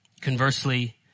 Conversely